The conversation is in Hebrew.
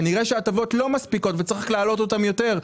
כנראה שההטבות לא מספיקות וצריך להעלות אותן יותר.